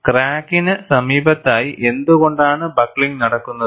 ക്രാക്കിന് സമീപത്തായി എന്തുകൊണ്ടാണ് ബക്ക്ലിംഗ് നടക്കുന്നത്